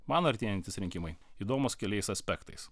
man artėjantys rinkimai įdomūs keliais aspektais